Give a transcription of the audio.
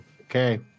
Okay